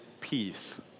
peace